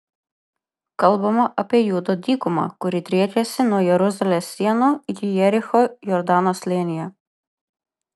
kalbama apie judo dykumą kuri driekiasi nuo jeruzalės sienų iki jericho jordano slėnyje